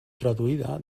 traduïda